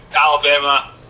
Alabama